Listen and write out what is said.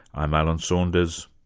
i'm alan saunders.